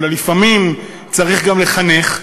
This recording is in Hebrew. אלא לפעמים צריך גם לחנך,